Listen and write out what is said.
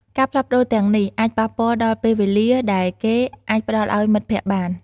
ការផ្លាស់ប្តូរទាំងនេះអាចប៉ះពាល់ដល់ពេលវេលាដែលគេអាចផ្ដល់ឲ្យមិត្តភក្តិបាន។